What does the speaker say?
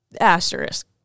Asterisk